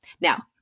Now